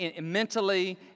mentally